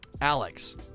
Alex